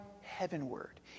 heavenward